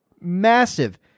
massive